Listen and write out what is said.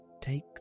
take